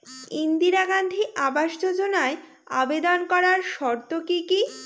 ইন্দিরা গান্ধী আবাস যোজনায় আবেদন করার শর্ত কি কি?